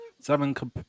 seven